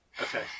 Okay